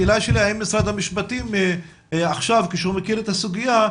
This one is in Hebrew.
האם משרד המשפטים עכשיו כשהוא מכיר את הסוגיה,